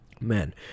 Men